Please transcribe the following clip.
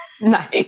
nice